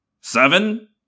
Seven